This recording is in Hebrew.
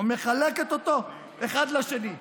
ומחלקת אותו אחד לשני.